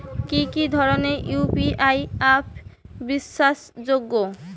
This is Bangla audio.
কি কি ধরনের ইউ.পি.আই অ্যাপ বিশ্বাসযোগ্য?